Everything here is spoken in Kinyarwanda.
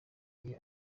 igihe